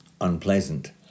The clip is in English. unpleasant